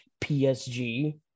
PSG